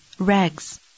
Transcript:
Rags